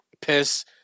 piss